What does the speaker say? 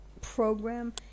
program